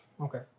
Okay